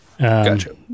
Gotcha